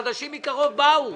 חדשים מקרוב באו.